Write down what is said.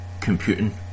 computing